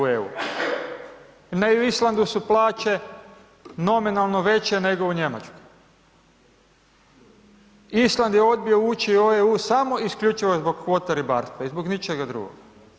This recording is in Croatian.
Na Islandu su plaće nominalno veće nego u Njemačkoj, Island je odbio uči u EU samo isključivo zbog kvota ribarstva i zbog ničega drugoga.